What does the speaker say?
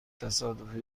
تصادفی